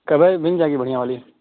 کوے مل جائے گی بڑھیا والی